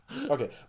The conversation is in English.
Okay